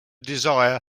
desire